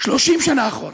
30 שנה אחורה,